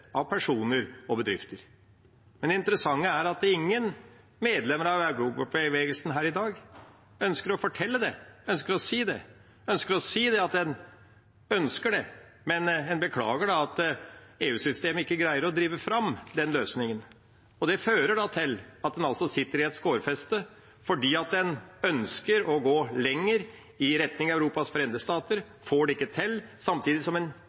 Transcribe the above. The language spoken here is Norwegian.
gjelder personer og bedrifter. Det interessante er at ingen medlemmer av Europabevegelsen her i dag ønsker å fortelle det – ønsker å si at en ønsker det. Men en beklager at EU-systemet ikke greier å drive fram den løsningen. Det fører da til at en sitter i et skårfeste fordi en ønsker å gå lenger i retning av Europas forenede stater. En får det ikke til, samtidig som en